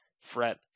fret